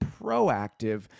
proactive